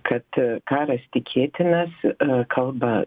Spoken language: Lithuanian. kad karas tikėtinas kalba